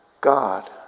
God